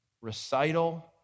recital